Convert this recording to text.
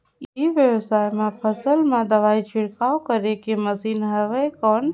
ई व्यवसाय म फसल मा दवाई छिड़काव करे के मशीन हवय कौन?